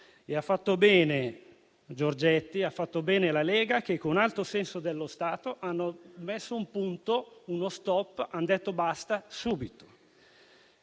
E ha fatto bene il ministro Giorgetti e ha fatto bene la Lega che, con alto senso dello Stato, hanno messo un punto, uno stop, e hanno detto basta subito.